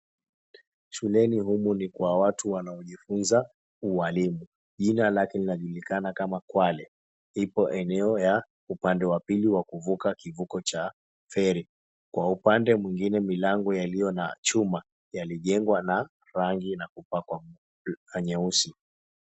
Shuleni humu ni kwa watu wanaojifunza ualimu. Jina lake linajulikana kama Kwale. Ipo eneo ya upande wa pili wa kuvuka kivuko cha feri. Kwa upande mwingine milango yaliyo na chuma, yalijengwa na rangi na kupakwa nyeusi.